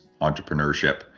entrepreneurship